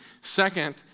Second